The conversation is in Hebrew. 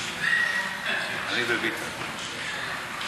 אני וביטן,